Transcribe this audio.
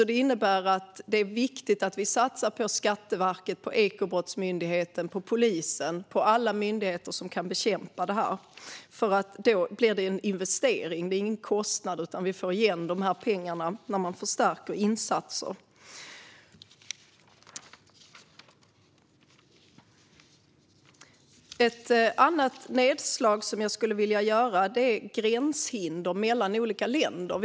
Det innebär att det är viktigt att vi satsar på Skatteverket, på Ekobrottsmyndigheten, på polisen och på alla andra myndigheter som kan bekämpa detta, eftersom det blir en investering. Det är ingen kostnad, utan vi får igen de här pengarna när man förstärker insatser. Ett annat nedslag som jag skulle vilja göra gäller gränshinder mellan olika länder.